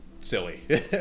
silly